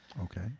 Okay